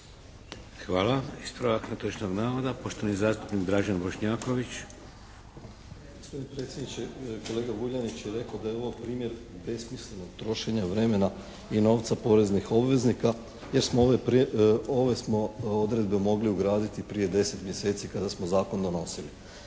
Hvala. Ispravak netočnog navoda, poštovani zastupnik Dražen Bošnjaković. **Bošnjaković, Dražen (HDZ)** Gospodine predsjedniče, kolega Vuljanić je rekao da je ovo primjer besmislenog trošenja vremena i novca poreznih obveznika jer ove smo odredbe mogli ugraditi prije 10 mjeseci kada smo Zakon donosili.